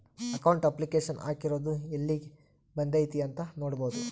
account application ಹಾಕಿರೊದು ಯೆಲ್ಲಿಗ್ ಬಂದೈತೀ ಅಂತ ನೋಡ್ಬೊದು